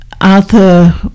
Arthur